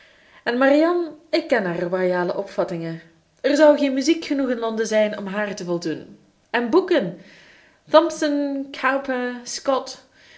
en marianne ik ken haar royale opvattingen er zou geen muziek genoeg in londen zijn om haar te voldoen en boeken thomson cowper scott